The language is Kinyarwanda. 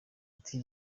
ati